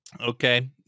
okay